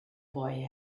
boy